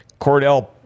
Cordell